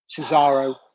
Cesaro